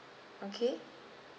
okay